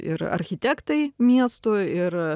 ir architektai miestų ir